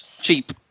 Cheap